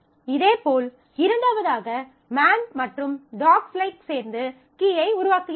இதேபோல் இரண்டாவதாக மேன் மற்றும் டாஃக்ஸ் லைக்ஸ் dogs likes சேர்ந்து கீயை உருவாக்குகின்றன